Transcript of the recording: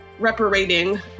reparating